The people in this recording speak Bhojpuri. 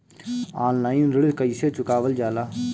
ऑनलाइन ऋण कईसे चुकावल जाला?